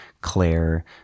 Claire